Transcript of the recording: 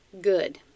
Good